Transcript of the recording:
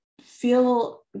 feel